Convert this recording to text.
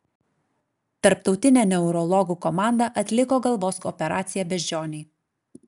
tarptautinė neurologų komanda atliko galvos operaciją beždžionei